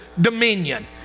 dominion